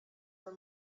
were